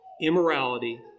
immorality